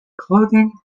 clothing